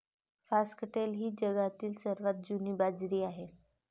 foxtail ही जगातील सर्वात जुनी बाजरी आहे